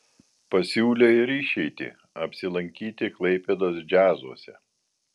pasiūlė ir išeitį apsilankyti klaipėdos džiazuose